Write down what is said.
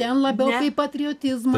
ten labiau kaip patriotizmą